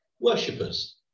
Worshippers